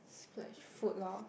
splurge food loh